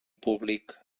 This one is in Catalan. públic